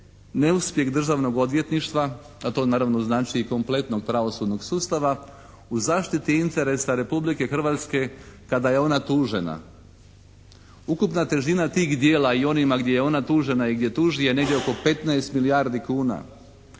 neuspjeh Državnog odvjetništva a to naravno znači i kompletnog pravosudno sustava u zaštiti interesa Republike Hrvatske kada je ona tužena. Ukupna težina tih djela i onima gdje je ona tužena i gdje tuži je negdje oko 15 milijardi kuna.